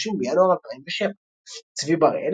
30 בינואר 2007 צבי בראל,